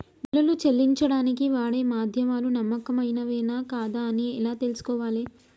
బిల్లులు చెల్లించడానికి వాడే మాధ్యమాలు నమ్మకమైనవేనా కాదా అని ఎలా తెలుసుకోవాలే?